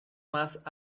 más